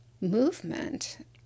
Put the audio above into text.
movement